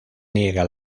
niega